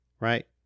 Right